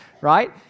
right